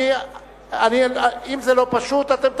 זה לא פשוט, אם זה לא פשוט, אתם תגידו.